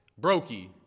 Brokey